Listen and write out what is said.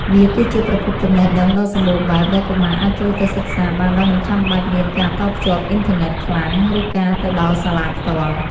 វាគឺជាប្រភពចំណេះដឹងដ៏សម្បូរបែបដែលកុមារអាចចូលទៅសិក្សាបានដោយមិនចាំបាច់មានការតភ្ជាប់អ៊ីនធឺណិតខ្លាំង ឬការទៅដល់សាលាផ្ទាល់។